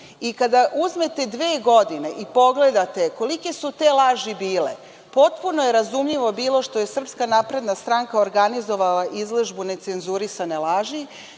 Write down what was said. Kada uzmete dve godine i pogledate kolike su te laži bile potpuno je razumljivo bilo što je SNS organizovala izložbu necenzurisane laži,